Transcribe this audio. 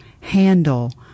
handle